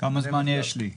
כמה זמן יש לי?